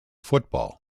football